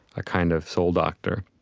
a kind of soul doctor,